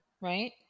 right